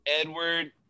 Edward